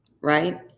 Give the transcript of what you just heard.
right